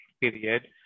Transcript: period